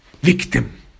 victim